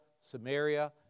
Samaria